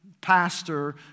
Pastor